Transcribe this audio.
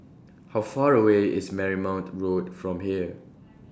How Far away IS Marymount Road from here